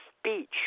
speech